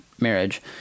marriage